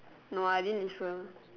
no I didn't listen